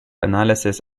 analysis